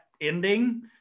ending